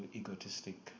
egotistic